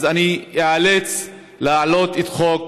אני איאלץ להעלות את חוק